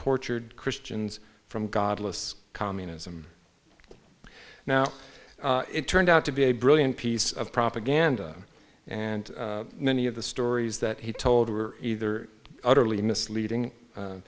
tortured christians from godless communism now it turned out to be a brilliant piece of propaganda and many of the stories that he told were either utterly misleading